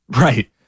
Right